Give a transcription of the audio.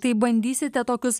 tai bandysite tokius